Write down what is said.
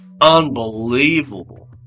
Unbelievable